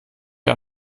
wir